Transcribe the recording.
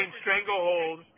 stranglehold